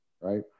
right